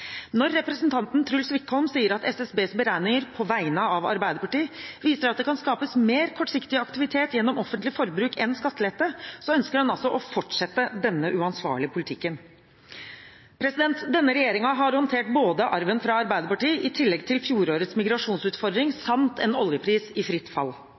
Når representanten Truls Wickholm sier at SSBs beregninger på vegne av Arbeiderpartiet viser at det kan skapes mer kortsiktig aktivitet gjennom offentlig forbruk enn skattelette, ønsker han altså å fortsette denne uansvarlige politikken. Denne regjeringen har håndtert arven fra Arbeiderpartiet i tillegg til fjorårets migrasjonsutfordring samt en oljepris i